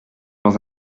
dans